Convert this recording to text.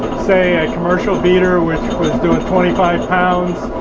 say a commercial beater, which was due at twenty five pounds,